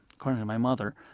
according to my mother,